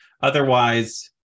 Otherwise